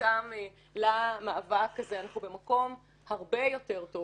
שנרתם למאבק הזה אנחנו במקום הרבה יותר טוב.